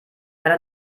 kann